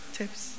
tips